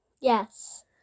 Yes